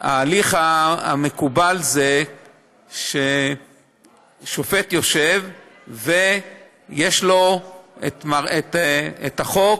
ההליך המקובל הוא ששופט יושב ויש לו את החוק,